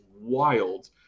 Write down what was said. wild